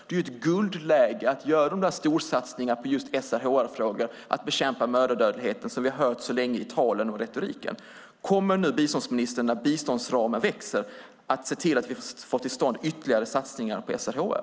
Det är guldläge att göra de storsatsningar på SRHR-frågor, att bekämpa mödradödligheten, som vi har hört talas om så länge i talen och retoriken. Kommer nu biståndsministern när biståndsramen växer att se till att vi får till stånd ytterligare satsningar på SRHR?